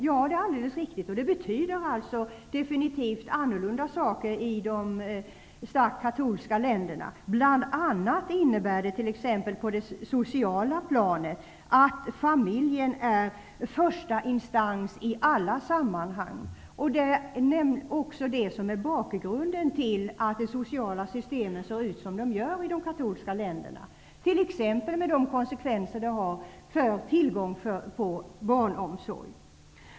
Ja, det är alldeles riktigt, och principen betyder definitivt annorlunda saker i de starkt katolska länderna. Bl.a. innebär det t.ex. på det sociala planet att familjen är första instans i alla sammanhang. Det är också det som är bakgrunden till att de sociala systemen ser ut som de gör i de katolska länderna, med de konsekvenser detta har t.ex. för tillgången på barnomsorg.